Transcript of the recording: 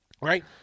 Right